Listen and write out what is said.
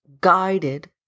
guided